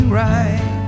right